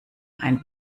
ein